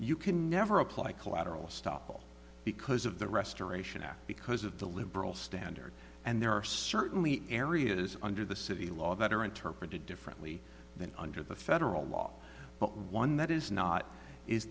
you can never apply collateral estoppel because of the restoration act because of the liberal standard and there are certainly areas under the city law that are interpreted differently than under the federal law but one that is not is